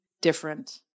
different